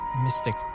mystic